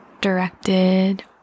Directed